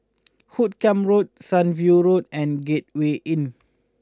Hoot Kiam Road Sunview Road and Gateway Inn